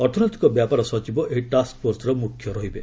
ଅର୍ଥନୈତିକ ବ୍ୟାପାର ସଚିବ ଏହି ଟାସ୍କ ଫୋର୍ସର ମୁଖ୍ୟ ରହିବେ